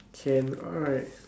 can alright